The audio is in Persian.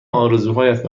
آرزوهایت